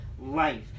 life